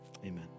amen